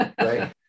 right